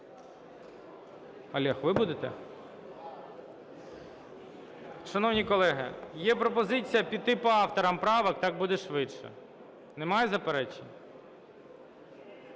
Олег, ви будете? Шановні колеги, є пропозиція піти по авторам правок, так буде швидше. Немає заперечень?